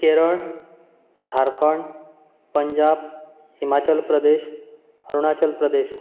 Kerala Jharkhand Punjab Himachal Pradesh Arunachal Pradesh